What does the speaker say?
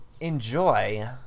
enjoy